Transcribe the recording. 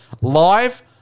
live